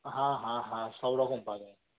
হ্যাঁ হ্যাঁ হ্যাঁ সব রকম পাওয়া যাবে